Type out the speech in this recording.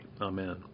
Amen